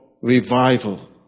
revival